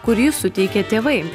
kurį suteikė tėvai